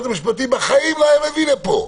המשפטים בחיים לא היו מביאים לפה,